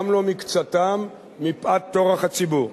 גם לא מקצתם, מפאת טורח הציבור.